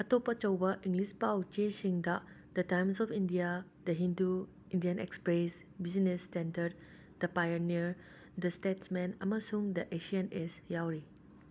ꯑꯇꯣꯞꯄ ꯑꯆꯧꯕ ꯏꯪꯂꯤꯁ ꯄꯥꯎ ꯆꯦꯁꯤꯡꯗ the Times of India the Hindu Indian Express Business Standard the Pioneer the Statesman ꯑꯃꯁꯨꯡ ꯗ ꯑꯦꯁꯤꯌꯥꯟ ꯑꯦꯖ ꯌꯥꯎꯔꯤ